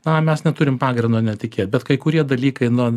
na mes neturim pagrindo netikėt bet kai kurie dalykai nu